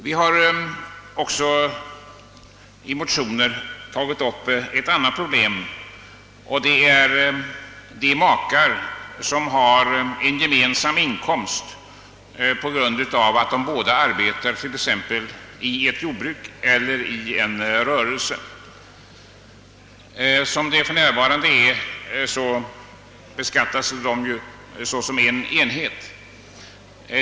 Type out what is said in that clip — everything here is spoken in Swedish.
Vi har också väckt motioner rörande de problem som uppstår i beskattningshänsende för makar som har en gemensam inkomst på grund av att de båda arbetar t.ex. i ett jordbruk eller annan rörelse. För närvarande beskattas sådana makars inkomst som en enhet.